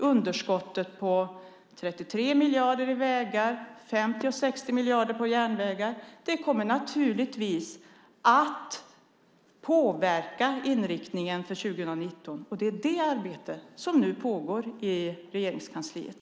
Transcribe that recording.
Underskottet på 33 miljarder för vägar och 50 och 60 miljarder för järnvägar kommer naturligtvis att påverka inriktningen för 2019. Det är det arbete som nu pågår i Regeringskansliet.